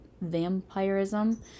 vampirism